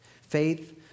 Faith